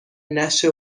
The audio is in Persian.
نشه